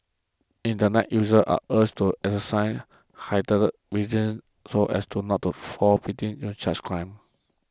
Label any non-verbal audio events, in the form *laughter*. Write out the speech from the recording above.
internet users are urged to exercise heightened *unintelligible* so as to not to fall victim to such crimes